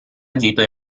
agito